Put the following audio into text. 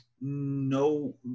no